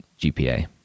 GPA